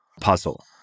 puzzle